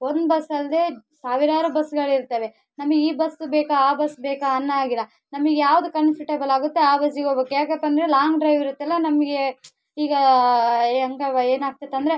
ಒಂದು ಬಸ್ ಅಲ್ದೆ ಸಾವಿರಾರು ಬಸ್ಗಳು ಇರ್ತವೆ ನಮಗೆ ಈ ಬಸ್ ಬೇಕಾ ಆ ಬಸ್ ಬೇಕಾ ಅನ್ನಾಗಿಲ್ಲ ನಮಗೆ ಯಾವ್ದು ಕನ್ಫಟೇಬಲ್ ಆಗುತ್ತೆ ಆ ಬಸ್ಸಿಗೆ ಹೋಗ್ಬೇಕು ಯಾಕಪ್ಪ ಅಂದರೆ ಲಾಂಗ್ ಡ್ರೈವ್ ಇರುತ್ತೆಲ್ಲ ನಮಗೆ ಈಗ ಹೆಂಗವ್ವ ಏನು ಆಗ್ತದೆ ಅಂದರೆ